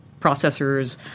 processors